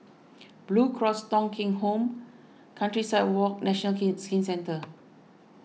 Blue Cross Thong Kheng Home Countryside Walk National Skin Centre